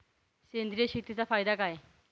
सेंद्रिय शेतीचा फायदा काय?